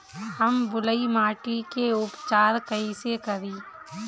हम बलुइ माटी के उपचार कईसे करि?